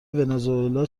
ونزوئلا